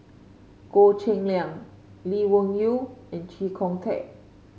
Goh Cheng Liang Lee Wung Yew and Chee Kong Tet